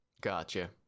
gotcha